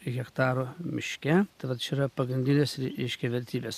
hektarų miške tad va čia yra pagrindinės reiškia vertybės